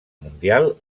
mundial